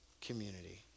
community